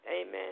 Amen